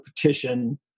petition